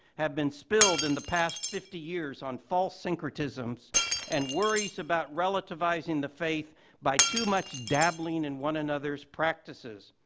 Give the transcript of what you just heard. have been spilled in the past fifty years on false syncretisms and worries about relativizing the faith by too much dabbling in one another's practices.